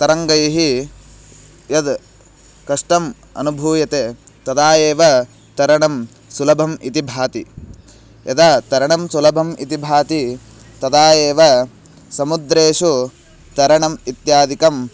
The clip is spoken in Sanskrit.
तरङ्गैः यद् कष्टम् अनुभूयते तदा एव तरणं सुलभम् इति भाति यदा तरणं सुलभम् इति भाति तदा एव समुद्रेषु तरणम् इत्यादिकं